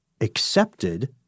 accepted